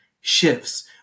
shifts